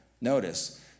Notice